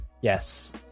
yes